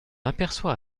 aperçoit